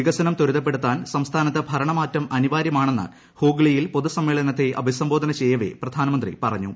വികസനം ത്വരിത്പ്പെടുത്താൻ സംസ്ഥാനത്ത് ഭരണമാറ്റം അനിവാര്യമാണെന്ന് ഹു്ഗ്ലിയിൽ പൊതുസമ്മേളനത്തെ അഭിസംബോധന ചെയ്യവേപ്പ്യാ്നമന്ത്രി പറഞ്ഞു